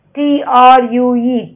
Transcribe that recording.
true